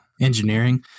engineering